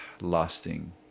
lasting